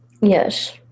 Yes